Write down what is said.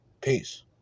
Peace